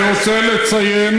אני רוצה לציין